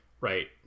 right